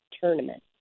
tournament